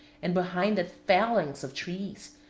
and behind that phalanx of trees,